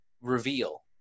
reveal